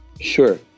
Sure